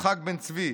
יצחק בן-צבי,